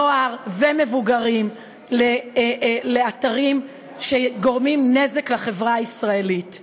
נוער ומבוגרים לאתרים שגורמים נזק לחברה הישראלית.